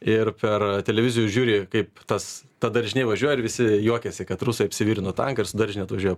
ir per televizorių žiūri kaip tas ta daržinė važiuoja ir visi juokiasi kad rusai apsvirino tanką daržine atvažiuoja pult